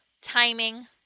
timing